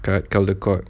kat caldecott